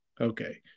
Okay